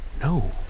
No